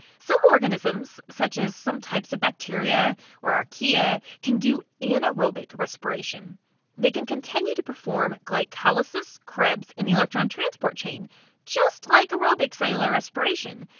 some organisms such as some types of bacteria or archaea can do anaerobic respiration they can continue to perform glycolysis, krebs, and the electron transport chain just like aerobic cellular respiration.